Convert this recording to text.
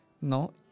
No